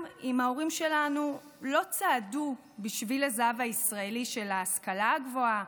גם אם ההורים שלנו לא צעדו בשביל הזהב הישראלי של ההשכלה גבוהה